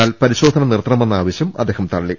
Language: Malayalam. എന്നാൽ പരിശോധന നിർത്തണമെന്ന ആവശ്യം അദ്ദേഹം തള്ളി